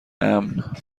امن